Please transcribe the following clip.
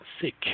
sick